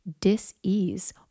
dis-ease